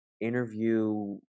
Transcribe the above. interview